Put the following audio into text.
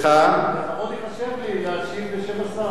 לכבוד ייחשב לי להשיב בשם השר.